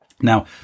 Now